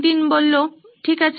নীতিন ঠিক আছে